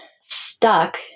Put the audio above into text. stuck